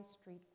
Street